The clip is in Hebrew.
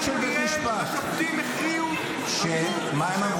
אני לא חושב שיש אחד, אני חושב